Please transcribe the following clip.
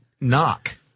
Knock